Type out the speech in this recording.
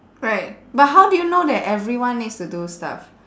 right but how do you know that everyone needs to do stuff